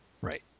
right